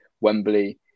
Wembley